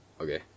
Okay